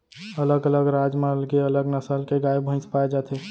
अलग अलग राज म अलगे अलग नसल के गाय भईंस पाए जाथे